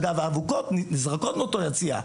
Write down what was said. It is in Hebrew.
אגב האבוקות נזרקות מאותו יציע.